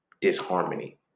disharmony